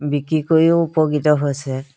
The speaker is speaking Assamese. বিক্ৰী কৰিও উপকৃত হৈছে